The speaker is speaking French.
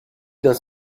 dans